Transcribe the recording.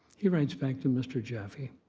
he writes back to mr. jaffe,